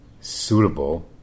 suitable